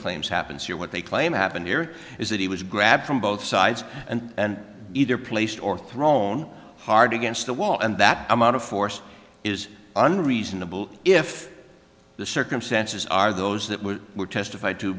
claims happens here what they claim happened here is that he was grabbed from both sides and either placed or thrown hard against the wall and that amount of force is under reasonable if the circumstances are those that were were testif